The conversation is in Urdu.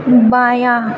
بایاں